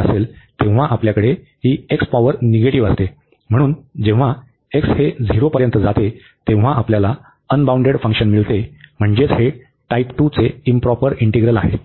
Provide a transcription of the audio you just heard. असेल तेव्हा आपल्याकडे ही x पॉवर निगेटिव्ह असते म्हणून जेव्हा x हे झिरो पर्यंत जाते तेव्हा आपल्याला अनबाउंडेड फंक्शन मिळते म्हणजे हे टाइप 2 इंप्रॉपर इंटीग्रल आहे